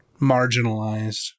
marginalized